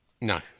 No